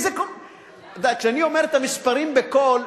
כשאני אומר את המספרים בקול,